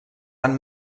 han